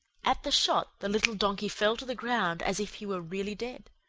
at the shot, the little donkey fell to the ground as if he were really dead.